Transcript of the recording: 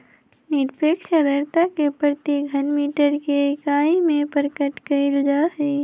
निरपेक्ष आर्द्रता के प्रति घन मीटर के इकाई में प्रकट कइल जाहई